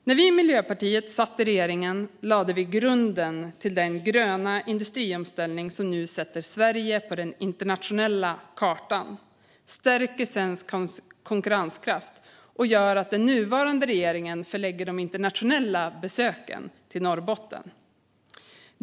När vi i Miljöpartiet satt i regeringen lade vi grunden till den gröna industriomställning som nu sätter Sverige på den internationella kartan, stärker svensk konkurrenskraft och gör att den nuvarande regeringen förlägger de internationella besöken till Norrbotten.